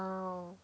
!wow!